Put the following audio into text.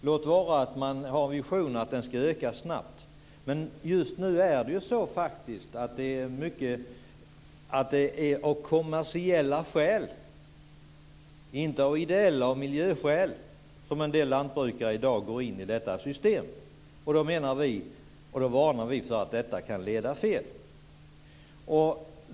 Låt vara att man har visionen att den ska öka snabbt, men just nu är det faktiskt mycket av kommersiella skäl, inte av ideella skäl eller miljöskäl, som en del lantbrukare går in i detta system. Då varnar vi för att detta kan leda fel.